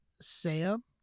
Sam